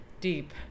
Deep